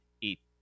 eat